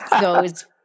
goes